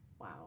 Wow